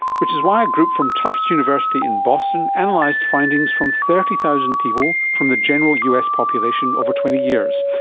which is why a group from tufts university in boston analysed and like findings from thirty thousand people from the general us population over twenty years,